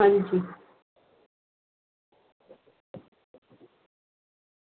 आं जी